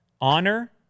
Honor